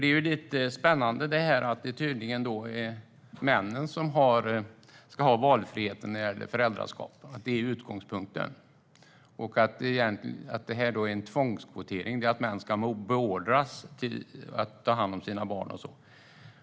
Det är lite spännande att utgångspunkten tydligen är att det är männen som ska ha valfriheten i föräldraskapet, att det är tvångskvotering och att män beordras att ta hand om sina barn.